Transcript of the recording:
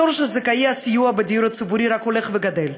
התור של זכאי הסיוע בדיור ציבורי רק הולך וגדל.